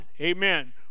amen